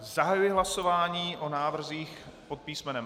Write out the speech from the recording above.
Zahajuji hlasování o návrzích pod písmenem A.